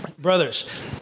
Brothers